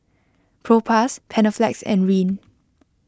Propass Panaflex and Rene